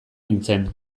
nintzen